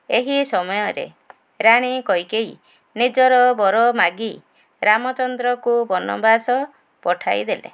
ଏହି ସମୟରେ ରାଣୀ କୈକେୟୀ ନିଜର ବର ମାଗି ରାମଚନ୍ଦ୍ରକୁ ବନବାସ ପଠାଇ ଦେଲେ